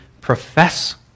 profess